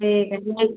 ठीक है